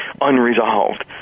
unresolved